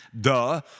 duh